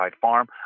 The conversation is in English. farm